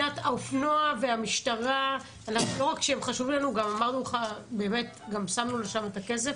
אופנועי המשטרה חשובים לנו וגם שמנו שם את הכסף.